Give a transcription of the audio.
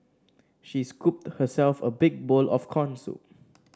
she scooped herself a big bowl of corn soup